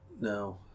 No